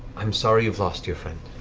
i'm sorry you've lost your friend.